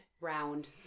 Round